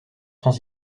sans